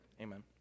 Amen